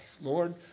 Lord